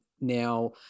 now